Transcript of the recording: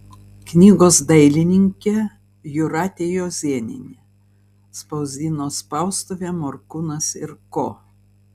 knygos dailininkė jūratė juozėnienė spausdino spaustuvė morkūnas ir ko